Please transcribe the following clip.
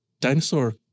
dinosaur